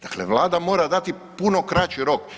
Dakle Vlada mora dati puno kraći rok.